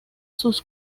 sus